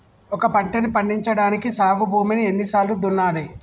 ఒక పంటని పండించడానికి సాగు భూమిని ఎన్ని సార్లు దున్నాలి?